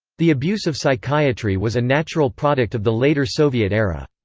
the abuse of psychiatry was a natural product of the later soviet era.